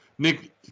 Nick